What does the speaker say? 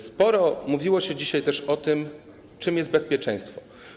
Sporo mówiło się dzisiaj też o tym, czym jest bezpieczeństwo.